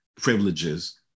privileges